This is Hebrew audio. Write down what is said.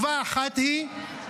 תשובה אחת היא,